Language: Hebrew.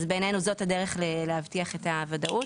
אז בעינינו זאת הדרך להבטיח את הוודאות,